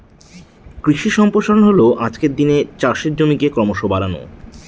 কৃষি সম্প্রসারণ হল আজকের দিনে চাষের জমিকে ক্রমশ বাড়ানো